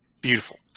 Beautiful